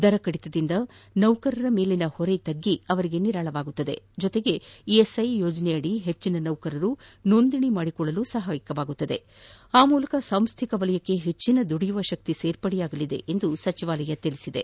ದರ ಕಡಿತದಿಂದ ನೌಕರರ ಮೇಲಿನ ಹೊರೆ ತಗ್ಗಿ ಅವರಿಗೆ ನಿರಾಳವಾಗಲಿದೆ ಜೊತೆಗೆ ಇಎಸ್ಐ ಯೋಜನೆಯಡಿ ಹೆಚ್ಚಿನ ನೌಕರರು ನೋಂದಣಿ ಮಾಡಿಕೊಳ್ಳಲು ಸಹಾಯಕವಾಗುತ್ತದೆ ಆ ಮೂಲಕ ಸಾಂಸ್ಟಿಕ ವಲಯಕ್ಕೆ ಹೆಚ್ಚಿನ ದುಡಿಯುವ ಶಕ್ತಿ ಸೇರ್ಪಡೆಯಾಗಲಿದೆ ಎಂದು ಸಚಿವಾಲಯ ಹೇಳಿದೆ